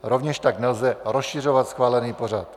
Rovněž tak nelze rozšiřovat schválený pořad.